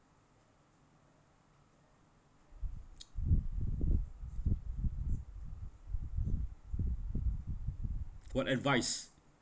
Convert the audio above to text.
what advice